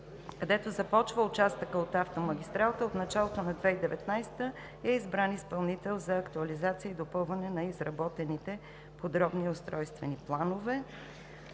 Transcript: където започва участъкът от автомагистралата, от началото на 2019 г. е избран изпълнител за актуализация и допълване на изработените подробни устройствени планове.